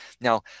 Now